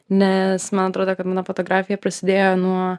nes man atrodo kad mano fotografija prasidėjo nuo